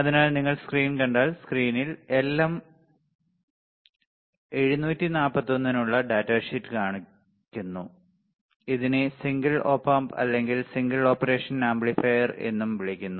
അതിനാൽ നിങ്ങൾ സ്ക്രീൻ കണ്ടാൽ സ്ക്രീനിൽ LM 741 നുള്ള ഡാറ്റ ഷീറ്റ് കാണിക്കുന്നു ഇതിനെ സിംഗിൾ ഒപ്പ് ആംപ് അല്ലെങ്കിൽ സിംഗിൾ ഓപ്പറേഷൻ ആംപ്ലിഫയർ എന്നും വിളിക്കുന്നു